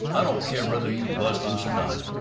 i don't care whether you bust loose or not.